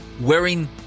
Wearing